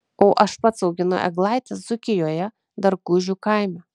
o aš pats auginu eglaites dzūkijoje dargužių kaime